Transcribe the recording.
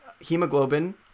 hemoglobin